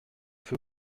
feu